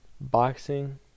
boxing